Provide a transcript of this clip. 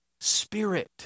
Spirit